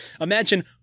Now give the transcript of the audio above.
Imagine